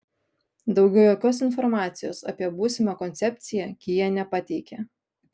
daugiau jokios informacijos apie būsimą koncepciją kia nepateikia